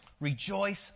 Rejoice